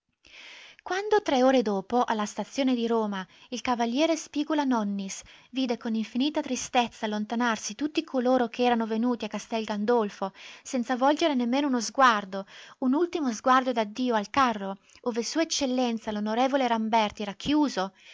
quando tre ore dopo alla stazione di roma il cav spigula-nonnis vide con infinita tristezza allontanarsi tutti coloro che erano venuti a castel gandolfo senza volgere nemmeno uno sguardo un ultimo sguardo d'addio al carro ove s e l'on ramberti